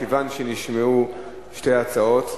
מכיוון שנשמעו שתי הצעות,